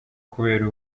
kubera